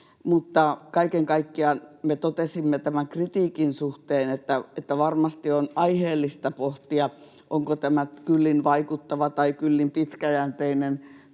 mutta kaiken kaikkiaan me totesimme tämän kritiikin suhteen, että varmasti on aiheellista pohtia, onko tämä kyllin vaikuttava tai kyllin pitkäjänteinen